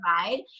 provide